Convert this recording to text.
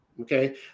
okay